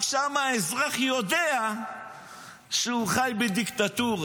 רק שמה האזרח יודע שהוא חי בדיקטטורה.